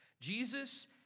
Jesus